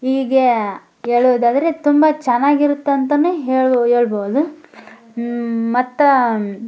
ಈಗ ಹೇಳುವುದಾದರೆ ತುಂಬ ಚೆನ್ನಾಗಿರುತ್ತೆ ಅಂತಾನೆ ಹೇಳು ಹೇಳ್ಬೋದು ಮತ್ತು